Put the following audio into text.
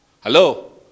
Hello